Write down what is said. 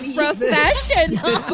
professional